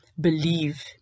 believe